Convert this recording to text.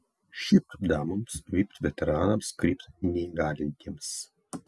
šypt damoms vypt veteranams krypt neįgalintiems